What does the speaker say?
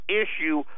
issue